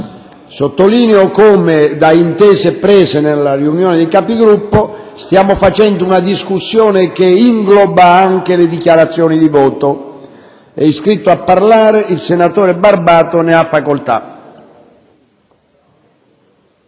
Sottolineo che, da intese prese nella riunione dei Capigruppo, stiamo facendo una discussione che ingloba anche le dichiarazioni di voto. È iscritto a parlare il senatore Barbato. Ne ha facoltà.